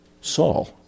Saul